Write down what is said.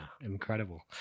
incredible